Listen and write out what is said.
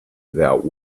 without